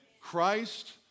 Christ